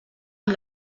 amb